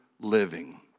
living